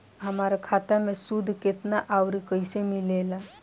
हमार खाता मे सूद केतना आउर कैसे मिलेला?